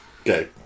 Okay